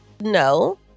No